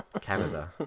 Canada